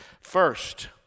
First